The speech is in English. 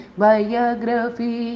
biography